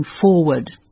forward